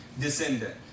descendant